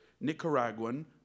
Nicaraguan